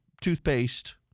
toothpaste